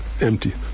empty